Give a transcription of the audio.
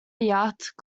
yacht